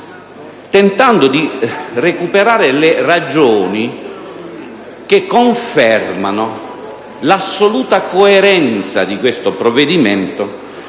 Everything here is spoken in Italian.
tentando di recuperare le ragioni che confermano la sua assoluta coerenza con recenti provvedimenti